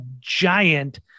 giant